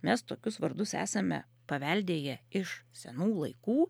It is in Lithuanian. mes tokius vardus esame paveldėję iš senų laikų